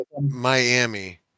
Miami